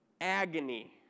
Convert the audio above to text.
agony